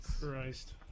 Christ